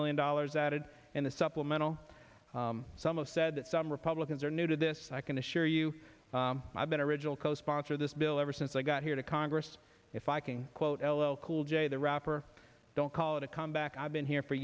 million dollars added in the supplemental some of said that some republicans are new to this i can assure you i've been original co sponsor this bill ever since i got here to congress if i can quote l l cool j the rapper don't call it a comeback i've been here for